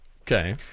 Okay